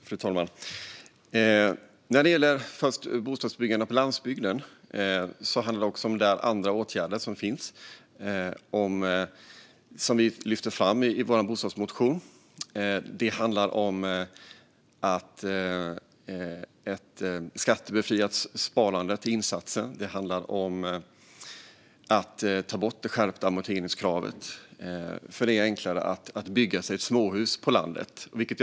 Fru talman! När det gäller bostadsbyggande på landsbygden handlar det också om andra åtgärder, som vi lyfter fram i vår bostadsmotion. Det handlar om ett skattebefriat sparande till insatsen. Det handlar om att ta bort det skärpta amorteringskravet. Det är enklare att bygga sig ett småhus på landet.